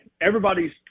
everybody's